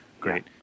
Great